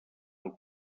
del